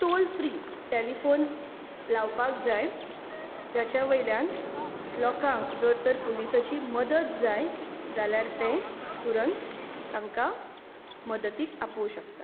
toll free telephone लावपाक जाय जाच्या वयल्यान लोकांक जर तर पुलिसांची मदत जाय जाल्यार ते तुरंत तांकां मदतीक आपोवंक शकतात